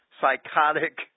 psychotic